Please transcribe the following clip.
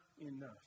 enough